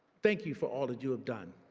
thank you for all that you have done